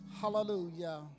hallelujah